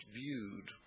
viewed